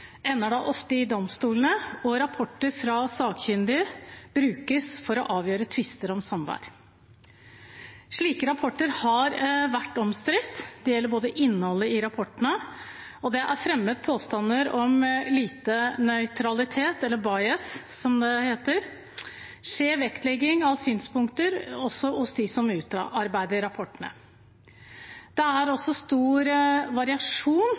ender da ofte i domstolene, og rapporter fra sakkyndig brukes for å avgjøre tvister om samvær. Slike rapporter har vært omstridt. Det gjelder bl.a. innholdet i rapportene, og det er fremmet påstander om lite nøytralitet – eller bias, som det heter – og skjev vektlegging av synspunkter også hos dem som utarbeider rapportene. Det er også stor variasjon